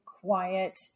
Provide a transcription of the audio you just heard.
quiet